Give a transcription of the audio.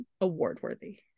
award-worthy